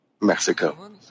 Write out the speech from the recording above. Mexico